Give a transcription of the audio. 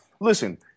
listen